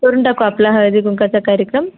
करून टाकू आपला हळदी कुंकूचा कार्यक्रम